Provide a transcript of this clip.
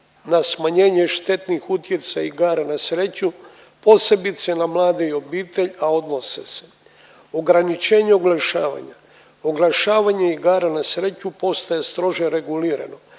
na smanjenje štetnih utjecaja igara na sreću posebice na mlade i obitelj a odnose se ograničenje oglašavanja. Oglašavanje igara na sreću postaje strože regulirano.